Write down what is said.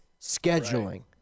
scheduling